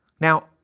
Now